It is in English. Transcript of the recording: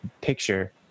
picture